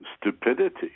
stupidity